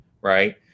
right